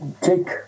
take